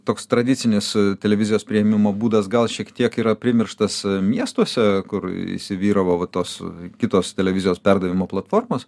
toks tradicinis televizijos priėmimo būdas gal šiek tiek yra primirštas miestuose kur įsivyravo va tos kitos televizijos perdavimo platformos